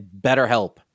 BetterHelp